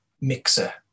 mixer